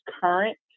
current